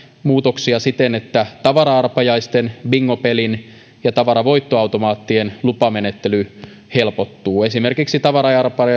muutoksia siten että tavara arpajaisten bingopelin ja tavaravoittoautomaattien lupamenettely helpottuu esimerkiksi tavara